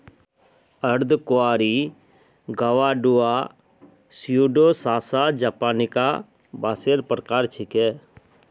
अर्धकुंवारी ग्वाडुआ स्यूडोसासा जापानिका बांसेर प्रकार छिके